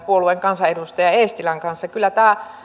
kansanedustaja eestilän kanssa kyllä tämä